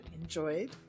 enjoyed